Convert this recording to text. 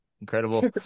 incredible